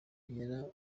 yera